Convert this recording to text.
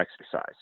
exercise